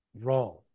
wrong